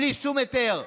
בלי שום היתר,